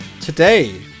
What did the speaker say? Today